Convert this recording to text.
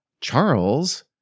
Charles